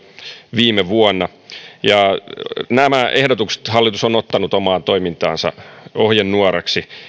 viime vuonna nämä ehdotukset hallitus on ottanut omaan toimintaansa ohjenuoraksi